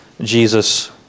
Jesus